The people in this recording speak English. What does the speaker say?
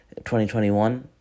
2021